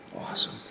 Awesome